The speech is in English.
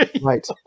right